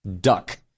duck